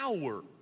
power